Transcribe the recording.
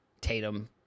Tatum